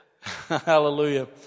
hallelujah